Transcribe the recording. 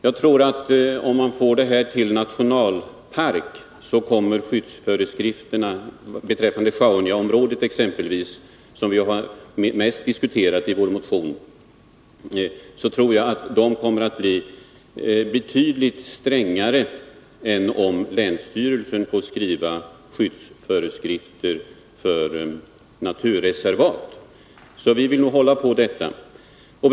Jag tror att om man får det här till nationalpark med skyddsföreskrifter beträffande Sjaunjaområdet, som vi mest diskuterat i vår motion, så kommer föreskrifterna att bli betydligt strängare än om länsstyrelsen får skriva skyddsföreskrifter för naturreservat. Därför vill vi hålla på vårt förslag om sjaunja som nationalpark.